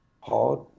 hard